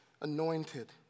anointed